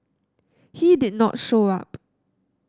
he did not show up